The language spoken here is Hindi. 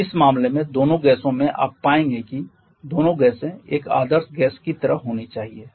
और इस मामले में दोनों गैसें में आप पाएंगे कि दोनों गैसें एक आदर्श गैस की तरह होनी चाहिए